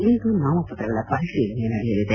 ಇಂದು ನಾಮಪತ್ರ ಪರಿತೀಲನೆ ನಡೆಯಲಿದೆ